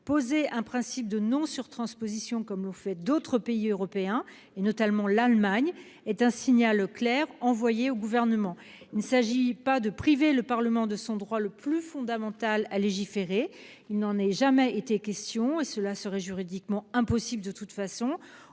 Poser un principe de non-surtransposition, comme l'ont fait d'autres pays européens, notamment l'Allemagne, est un signal clair envoyé au Gouvernement. Il ne s'agit pas de priver le Parlement de son droit fondamental à légiférer ; il n'en a jamais été question et ce serait juridiquement impossible. C'est